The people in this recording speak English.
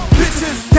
bitches